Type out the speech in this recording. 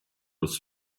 was